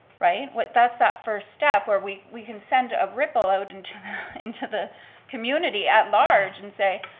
right, but that's that first step where we we can send a ripple out and into the community at large and say,